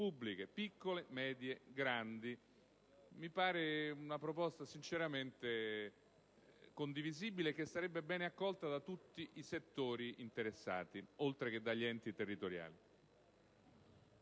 pubbliche, piccole, medie e grandi. Mi pare una proposta sinceramente condivisibile, che sarebbe ben accolta da tutti i settori interessati, oltre che dagli enti territoriali.